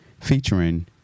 featuring